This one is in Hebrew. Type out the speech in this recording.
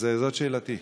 זאת שאלתי.